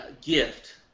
gift